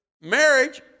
marriage